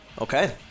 Okay